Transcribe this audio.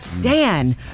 Dan